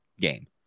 game